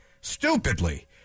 Stupidly